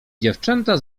dziewczęta